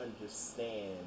understand